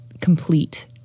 complete